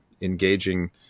engaging